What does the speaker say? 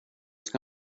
ska